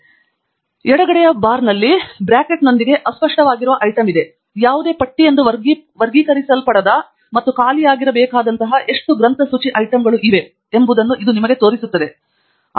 ನಾನು ನಿಮಗೆ ಅದನ್ನು ಎಚ್ಚರಿಸುತ್ತಿದ್ದೇನೆ ಎಡಗಡೆಯ ಬಾರ್ನಲ್ಲಿ ಬ್ರಾಕೆಟ್ನೊಂದಿಗೆ ಅಸ್ಪಷ್ಟವಾಗಿರುವ ಐಟಂ ಇದೆ ಯಾವುದೇ ಪಟ್ಟಿ ಎಂದು ವರ್ಗೀಕರಿಸಲ್ಪಡದ ಮತ್ತು ಖಾಲಿಯಾಗಿರಬೇಕಾದಂತಹ ಎಷ್ಟು ಗ್ರಂಥಸೂಚಿ ಐಟಂಗಳು ಇವೆ ಎಂಬುದನ್ನು ಇದು ನಿಮಗೆ ತೋರಿಸುತ್ತದೆ